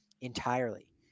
entirely